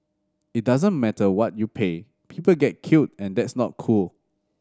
it doesn't matter what you pay people get killed and that's not cool